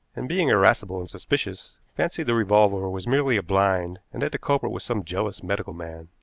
and, being irascible and suspicious, fancied the revolver was merely a blind and that the culprit was some jealous medical man.